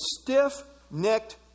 stiff-necked